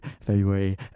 February